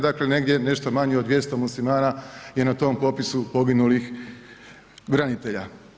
Dakle, negdje nešto manje od 200 Muslimana je na tom popisu poginulih branitelja.